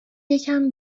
یکم